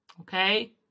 okay